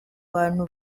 bantu